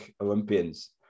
Olympians